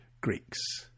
Greeks